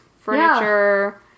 furniture